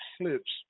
clips